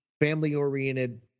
family-oriented